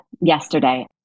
yesterday